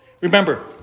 Remember